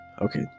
okay